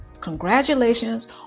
Congratulations